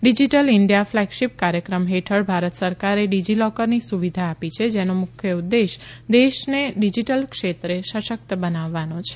digital India flagship કાર્યક્રમ હેઠળ ભારત સરકારે ડીજીલોકરની સુવીધા આપી છે જેનો મુખ્ય ઉદેશ દેશને ડીજીટલ ક્ષેત્રે સશકત બનાવવાનો છે